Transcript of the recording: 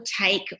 take